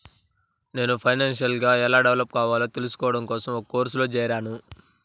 నేను ఫైనాన్షియల్ గా ఎలా డెవలప్ కావాలో తెల్సుకోడం కోసం ఒక కోర్సులో జేరాను